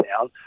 down